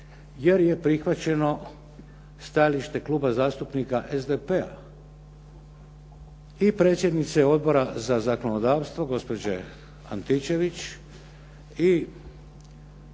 jer je prihvaćeno stajalište Kluba zastupnika SDP-a. I predsjednice Odbora za zakonodavstvo, gospođe Antičević